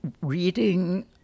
reading